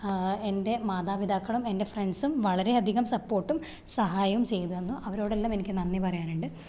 എന്റെ മാതാപിതാക്കളും എന്റെ ഫ്രണ്ട്സും വളരെയധികം സപ്പോട്ടും സഹായവും ചെയ്തു തന്നു അവരോടെല്ലാമെനിക്ക് നന്ദി പറയാനുണ്ട്